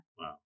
Wow